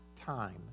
time